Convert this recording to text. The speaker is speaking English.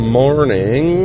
morning